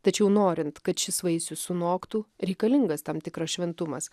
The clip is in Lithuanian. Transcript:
tačiau norint kad šis vaisius sunoktų reikalingas tam tikras šventumas